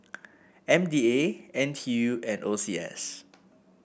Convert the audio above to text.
M D A N T U and O C S